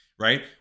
right